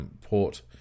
port